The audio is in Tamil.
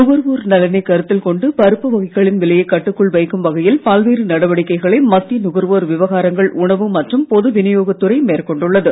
நுகர்வோர் நலனை கருத்தில் கொண்டு பருப்பு வகைகளின் விலையை கட்டுக்குள் வைக்கும் வகையில் பல்வேறு நடவடிக்கைகளை மத்திய நுகர்வோர் விவகாரங்கள் உணவு மற்றும் பொது விநியோகத் துறை மேற்கொண்டுள்ளது